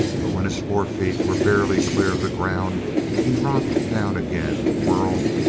but when his fore-feet were barely clear of the ground he rocked down again, whirled,